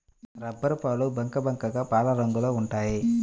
రబ్బరుపాలు బంకబంకగా పాలరంగులో ఉంటాయి